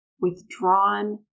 withdrawn